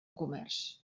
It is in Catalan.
comerç